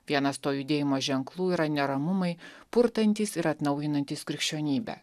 vienas to judėjimo ženklų yra neramumai purtantys ir atnaujinantys krikščionybę